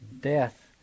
death